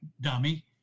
dummy